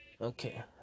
okay